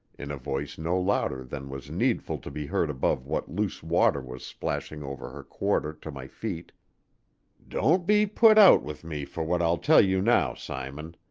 in a voice no louder than was needful to be heard above what loose water was splashing over her quarter to my feet don't be put out with me for what i'll tell you now, simon.